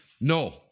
no